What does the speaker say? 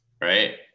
right